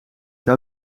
zou